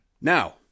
Now